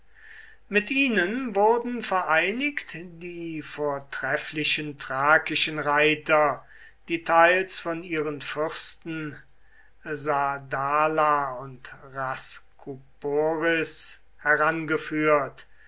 mit ihnen wurden vereinigt die vortrefflichen thrakischen reiter die teils von ihren fürsten sadala und rhaskuporis herangeführt